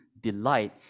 delight